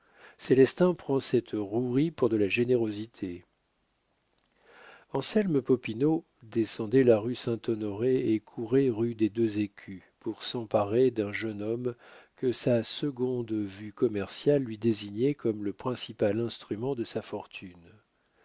célestin prend cette rouerie pour de la générosité anselme popinot descendait la rue saint-honoré et courait rue des deux écus pour s'emparer d'un jeune homme que sa seconde vue commerciale lui désignait comme le principal instrument de sa fortune